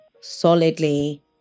solidly